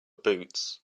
boots